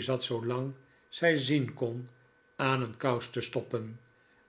zat zoolang zij zien kon aan een kous te stoppen